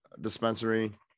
dispensary